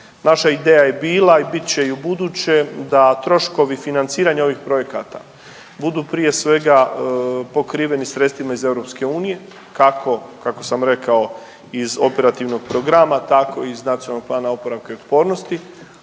Naša ideja je bila i bit će ubuduće da troškovi financiranja ovih projekata budu prije svega pokriveni sredstvima iz EU kako, kako sam rekao iz operativnog programa tako iz NPOO-a, pored toga dominantno